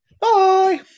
Bye